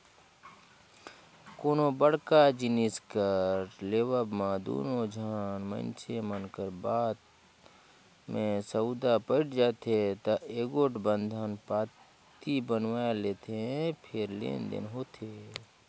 कोनो बड़का जिनिस कर लेवब म दूनो झन मइनसे मन कर बात में सउदा पइट जाथे ता एगोट बंधन पाती बनवाए लेथें फेर लेन देन होथे